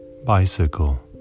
bicycle